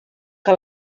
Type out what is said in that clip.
que